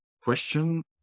question